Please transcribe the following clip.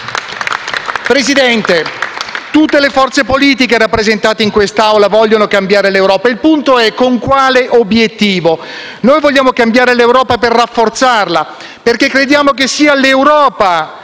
Presidente, tutte le forze politiche rappresentate in questa Aula vogliono cambiare l'Europa, il punto è con quale obiettivo. Noi vogliamo cambiare l'Europa per rafforzarla, perché crediamo che sia l'Europa